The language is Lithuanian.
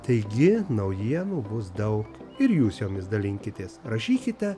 taigi naujienų bus daug ir jūs jomis dalinkitės rašykite